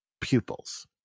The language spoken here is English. pupils